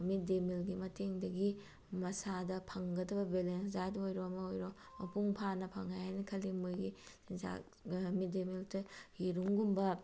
ꯃꯤꯠ day ꯃꯤꯜꯒꯤ ꯃꯇꯦꯡꯗꯒꯤ ꯃꯁꯥꯗ ꯐꯪꯒꯗꯕ ꯕꯦꯂꯦꯟꯁ ꯗꯥꯏꯠ ꯑꯣꯏꯔꯣ ꯑꯃ ꯑꯣꯏꯔꯣ ꯃꯄꯨꯡ ꯐꯥꯅ ꯐꯪꯉꯦ ꯍꯥꯏꯅ ꯈꯜꯂꯤ ꯃꯣꯏꯒꯤ ꯆꯤꯟꯖꯥꯛ ꯃꯤꯠ ꯗꯦ ꯃꯤꯜꯇ ꯌꯦꯔꯨꯝꯒꯨꯝꯕ